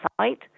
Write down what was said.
site